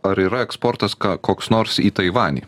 ar yra eksportas koks nors į taivanį